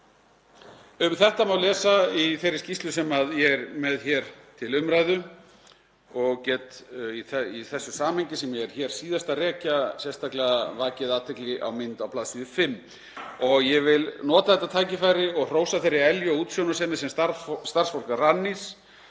þetta má lesa í þeirri skýrslu sem ég er með hér til umræðu og í því samhengi sem ég var hér síðast að rekja vil ég sérstaklega vekja athygli á mynd á bls. 5. Ég vil nota þetta tækifæri og hrósa þeirri elju og útsjónarsemi sem starfsfólk Rannís